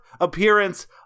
appearance